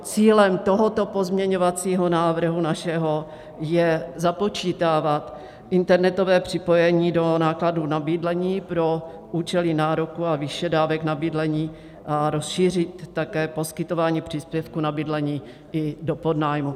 Cílem tohoto našeho pozměňovacího návrhu je započítávat internetové připojení do nákladů na bydlení pro účely nároku a výše dávek na bydlení a rozšířit také poskytování příspěvku na bydlení i do podnájmu.